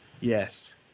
yes